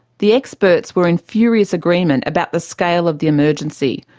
the experts were in furious agreement about the scale of the emergency.